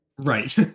right